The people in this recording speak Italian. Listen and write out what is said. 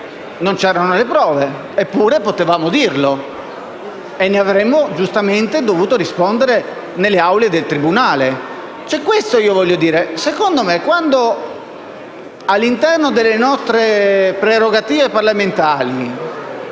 Non c'erano le prove, eppure potevamo dirlo, e ne avremmo giustamente dovuto rispondere nelle aule di tribunale. In sostanza, voglio dire che quando, nell'ambito delle nostre prerogative parlamentari,